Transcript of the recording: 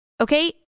Okay